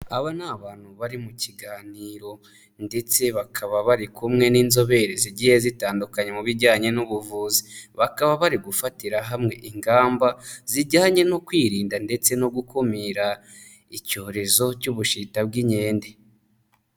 Aba ni abantu bari mu kiganiro ndetse bakaba bari kumwe n'inzobere zigiye zitandukanye mu bijyanye n'ubuvuzi. Bakaba bari gufatira hamwe ingamba zijyanye no kwirinda ndetse no gukumira icyorezo cy'ubushita bw'inkende.